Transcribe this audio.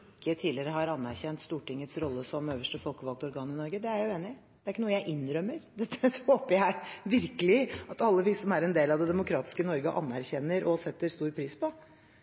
ikke tidligere har anerkjent Stortingets rolle som øverste folkevalgte organ i Norge. Det er jeg uenig i. Det er ikke noe jeg innrømmer. Det håper jeg virkelig at alle vi som er en del av det demokratiske Norge, anerkjenner og setter stor pris på.